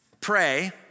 pray